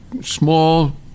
small